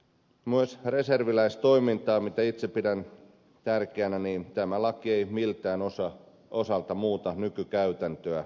myöskään reserviläistoiminnan mitä itse pidän tärkeänä nykykäytäntöä tämä laki ei miltään osalta muuta